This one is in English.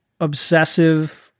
obsessive